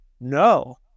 No